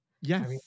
Yes